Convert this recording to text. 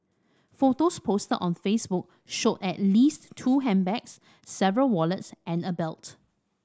photos posted on Facebook showed at least two handbags several wallets and a belt